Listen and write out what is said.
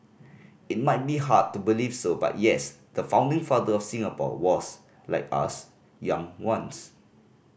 it might be hard to believe so but yes the founding father of Singapore was like us young once